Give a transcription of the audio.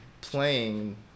playing